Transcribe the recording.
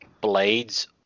blades